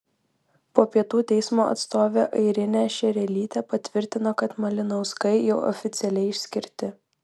po pietų teismo atstovė airinė šerelytė patvirtino kad malinauskai jau oficialiai išskirti